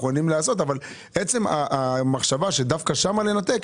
אבל עצם המחשבה שדווקא שם לנתק?